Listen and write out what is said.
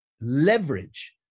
leverage